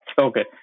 Okay